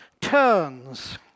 turns